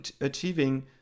achieving